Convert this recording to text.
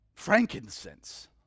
frankincense